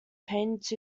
painted